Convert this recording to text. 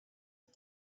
and